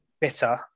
bitter